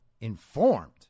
informed